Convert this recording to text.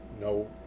no